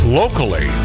locally